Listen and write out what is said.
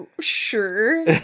Sure